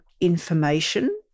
information